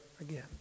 again